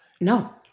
No